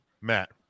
Matt